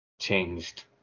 changed